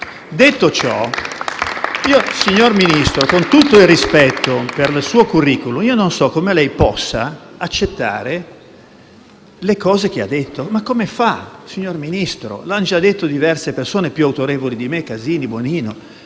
Detto ciò, signor Ministro, con tutto il rispetto per il suo *curriculum,* non so come possa accettare le cose che ha affermato. Ma come fa, signor Ministro? Lo hanno già detto altri colleghi più autorevoli di me, come i senatori